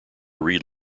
read